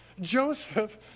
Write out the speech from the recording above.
Joseph